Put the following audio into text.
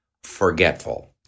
forgetful